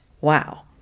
Wow